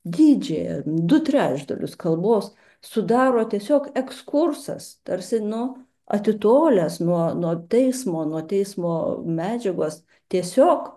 didžiąją du trečdalius kalbos sudaro tiesiog ekskursas tarsi nu atitolęs nuo nuo teismo nuo teismo medžiagos tiesiog